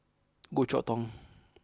Goh Chok Tong